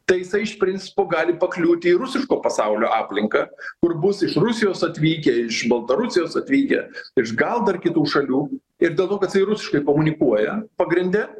tai jisai iš principo gali pakliūti į rusiško pasaulio aplinką kur bus iš rusijos atvykę iš baltarusijos atvykę iš gal dar kitų šalių ir dėl to kad jisai rusiškai komunikuoja pagrinde